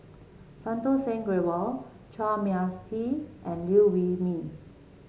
Santokh Singh Grewal Chua Mia Tee and Liew Wee Mee